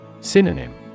Synonym